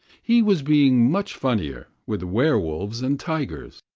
he was being much funnier with werwolves and tigers.